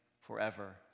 forever